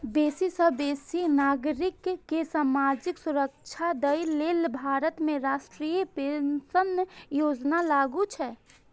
बेसी सं बेसी नागरिक कें सामाजिक सुरक्षा दए लेल भारत में राष्ट्रीय पेंशन योजना लागू छै